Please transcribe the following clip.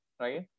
right